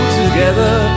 together